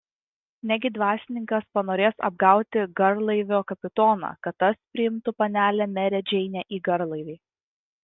negi dvasininkas panorės apgauti garlaivio kapitoną kad tas priimtų panelę merę džeinę į garlaivį